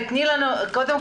תציגי את עצמך,